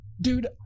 dude